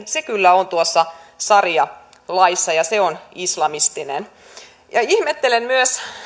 se kyllä on tuossa saria laissa ja se on islamistinen ihmettelen myös